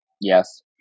Yes